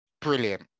brilliant